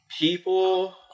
People